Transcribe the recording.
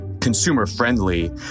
consumer-friendly